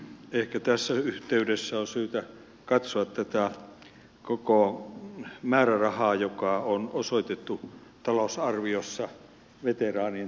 ehkä tässä yhteydessä on syytä katsoa tätä koko määrärahaa joka on osoitettu talousarviossa veteraanien tukemiseen